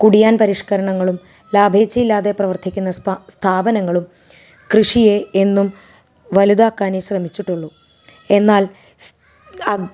കുടിയാന് പരിഷ്കരണങ്ങളും ലാഭേച്ഛയില്ലാതെ പ്രവർത്തിക്കുന്ന സ്ഥാപനങ്ങളും കൃഷിയെ എന്നും വലുതാക്കാനേ ശ്രമിച്ചിട്ടുള്ളൂ